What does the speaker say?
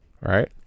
right